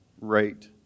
rate